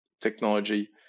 technology